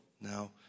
Now